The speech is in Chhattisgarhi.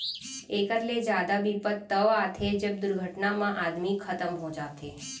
एकर ले जादा बिपत तव आथे जब दुरघटना म आदमी खतम हो जाथे